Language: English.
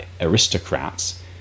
aristocrats